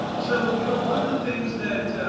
so you know one of the things that